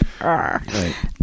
Right